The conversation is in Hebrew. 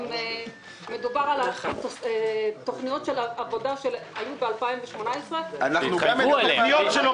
מדובר על תוכניות עבודה שהיו ב-2018 --- התחייבו עליהן.